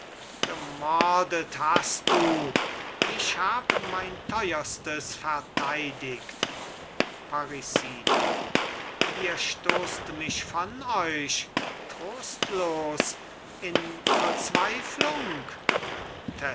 gemordet hast du ich hab mein teuerstes verteidigt parricida ihr stoßt mich von euch trostlos in verzweiflung